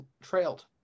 trailed